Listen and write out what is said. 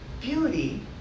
beauty